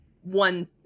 one